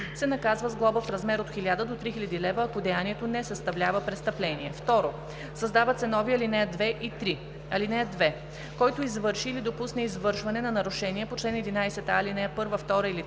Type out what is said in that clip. се наказва с глоба в размер от 1000 до 3000 лв., ако деянието не съставлява престъпление.“ 2. Създават се нови ал. 2 и 3: „(2) Който извърши или допусне извършване на нарушение по чл. 11а, ал. 1, 2 или 3